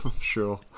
sure